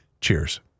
cheers